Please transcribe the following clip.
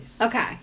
Okay